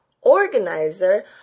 organizer